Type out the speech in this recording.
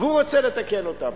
והוא רוצה לתקן אותן.